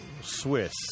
Swiss